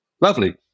lovely